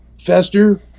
fester